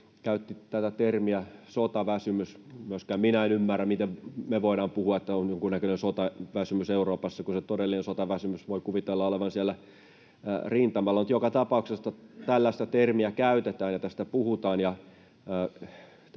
käyttivät termiä ”sotaväsymys”. Myöskään minä en ymmärrä, miten me voidaan puhua, että on jonkunnäköinen sotaväsymys Euroopassa, kun sen todellisen sotaväsymyksen voi kuvitella olevan siellä rintamalla. Joka tapauksessa tällaista termiä käytetään ja tästä puhutaan,